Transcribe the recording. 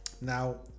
now